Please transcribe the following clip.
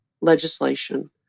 legislation